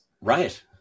Right